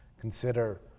consider